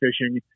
fishing